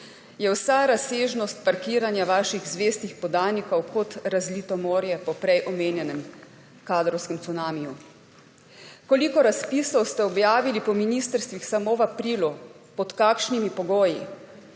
je vsa razsežnost parkiranja vaših zvestih podanikov kot razlito morje po prej omenjenem kadrovskem cunamiju. Koliko razpisov ste objavili po ministrstvih samo v aprilu? Pod kakšnimi pogoji?